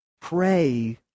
pray